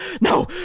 No